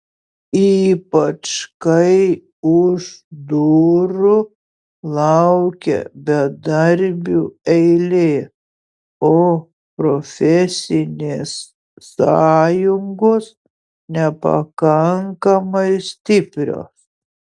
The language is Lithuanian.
ypač kai už durų laukia bedarbių eilė o profesinės sąjungos nepakankamai stiprios